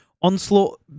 Onslaught